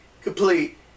complete